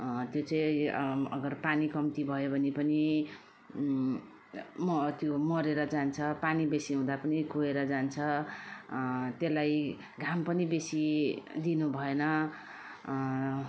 त्यो चाहिँ अगर पानी कम्ती भयो भने पनि म त्यो मरेर जान्छ पानी बेसी हुँदा पनि कुहेर जान्छ त्यसलाई घाम पनि बेसी दिनु भएन